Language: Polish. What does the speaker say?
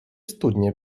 studnie